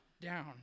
down